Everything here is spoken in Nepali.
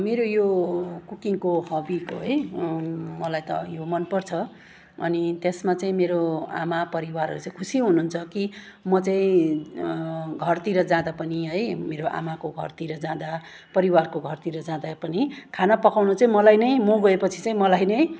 मेरो यो कुकिङको हबीको है मलाई त यो मन पर्छ अनि त्यसमा चाहिँ मेरो आमा परिवारहरू चाहिँ खुसी हुनुन्छ कि म चाहिँ घरतिर जाँदा पनि है मेरो आमाको घरतिर जाँदा परिवारको घरतिर जाँदा पनि खाना पकाउनु चाहिँ मलाई नै म गएपछि चाहिँ मलाई नै